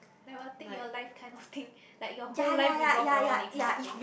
like want take your life kind of thing like your whole life revolve around it kind of thing